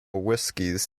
whiskies